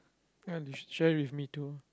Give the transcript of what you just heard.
you want to share with me too